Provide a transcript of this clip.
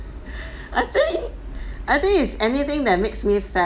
I think I think is anything that makes me fat